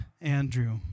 Andrew